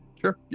Sure